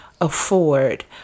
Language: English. afford